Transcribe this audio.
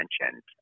mentioned